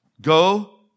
Go